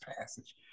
passage